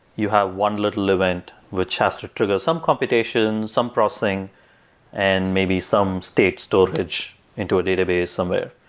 you have one little event which has to trigger some computation, some processing and maybe some state storage into a database somewhere.